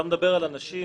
אתה מדבר על אנשים